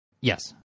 Yes